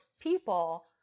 people